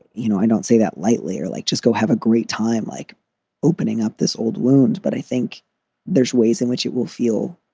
you know, i don't say that lightly or like just go have a great time, like opening up this old wound. but i think there's ways in which it will feel.